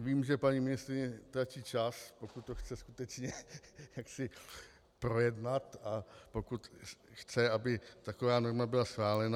Vím, že paní ministryni tlačí čas, pokud to chce skutečně projednat a pokud chce, aby taková norma byla schválena.